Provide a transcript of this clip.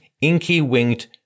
inky-winged